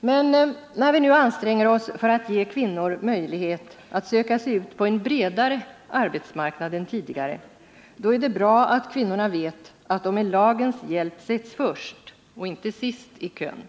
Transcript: Men när vi nu anstränger oss för att ge kvinnor möjlighet att söka sig ut på en bredare arbetsmarknad än tidigare, då är det bra att kvinnorna vet att de med lagens hjälp sätts först, och inte sist, i kön.